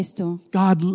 God